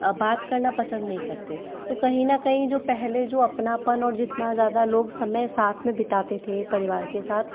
बात करना पसंद नहीं करते तो कहीं ना कहीं जो पहले जो अपनापन और जितना ज़्यादा लोग समय साथ में बिताते थे परिवार के साथ